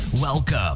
Welcome